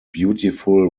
beautiful